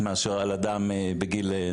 על אף שאנחנו נמצאים בשיא הקיץ ובימים החמים ביותר,